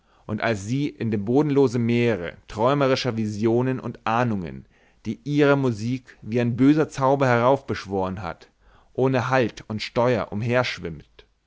und als sie in dem bodenlosen meere träumerischer visionen und ahnungen die ihre musik wie ein böser zauber heraufbeschworen hat ohne halt und